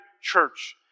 Church